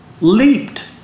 leaped